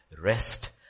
rest